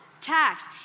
tax